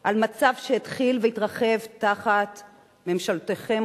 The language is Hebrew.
על מצב שהתחיל והתרחב תחת ממשלותיכם,